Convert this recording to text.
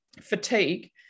fatigue